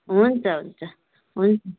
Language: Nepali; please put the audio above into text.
हुन्छ हुन्छ हुन्छ